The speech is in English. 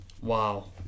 Wow